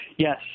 Yes